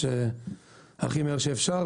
הכי מהר שאפשר,